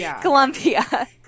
Columbia